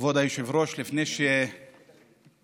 כבוד היושב-ראש, לפני שתרד